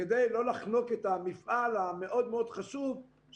כדי לא לחנוק את המפעל החשוב מאוד שאנחנו